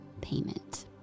payment